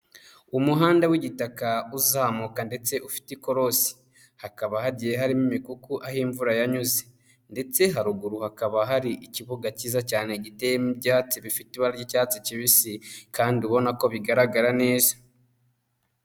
Umuhanda w'igitaka uzamuka ndetse ufite ikorosi, hakaba hagiye harimo imikuku aho imvura yanyuze ndetse haruguru hakaba hari ikibuga cyiza cyane giteyemo ibyatsi bifite ibaba ry'icyatsi kibisi, kandi ubona ko bigaragara neza.